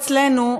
אצלנו,